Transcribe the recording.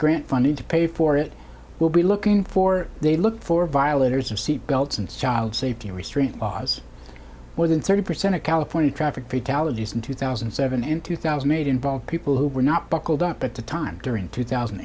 grant funding to pay for it will be looking for they look for violators of seat belts and child safety restraint was more than thirty percent of california traffic fatalities in two thousand and seven in two thousand made involve people who were not buckled up at the time during two thousand